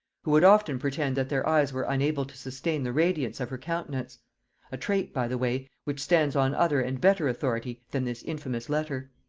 who would often pretend that their eyes were unable to sustain the radiance of her countenance a trait, by the way, which stands on other and better authority than this infamous letter.